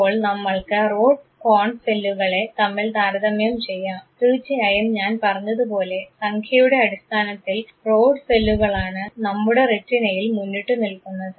ഇപ്പോൾ നമ്മൾക്ക് rod cone സെല്ലുകളെ തമ്മിൽ താരതമ്യം ചെയ്യാം തീർച്ചയായും ഞാൻ പറഞ്ഞതുപോലെ സംഖ്യയുടെ അടിസ്ഥാനത്തിൽ റോഡ് സെല്ലുകളാണ് നമ്മുടെ റെറ്റിനയിൽ മുന്നിട്ടുനിൽക്കുന്നത്